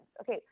Okay